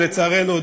ולצערנו,